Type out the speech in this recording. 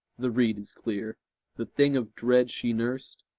the rede is clear the thing of dread she nursed,